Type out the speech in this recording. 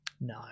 No